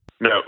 No